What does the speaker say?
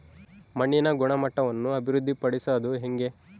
ಮಣ್ಣಿನ ಗುಣಮಟ್ಟವನ್ನು ಅಭಿವೃದ್ಧಿ ಪಡಿಸದು ಹೆಂಗೆ?